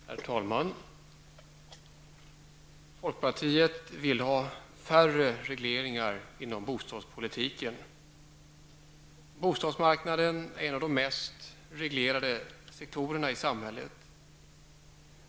Herr talman! Folkpartiet vill ha färre regleringar inom bostadspolitiken. Bostadsmarknaden utgör en av de mest reglerade sektorerna i samhället.